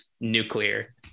nuclear